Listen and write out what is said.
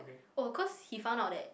oh because he found out that